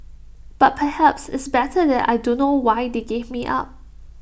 but perhaps it's better that I don't know why they gave me up